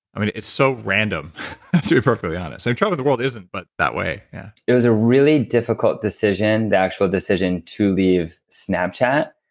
it's so random to be perfectly honest. so traveling the world isn't, but that way. yeah it was a really difficult decision, the actual decision to leave snapchat.